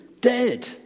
dead